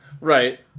right